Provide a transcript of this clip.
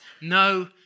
No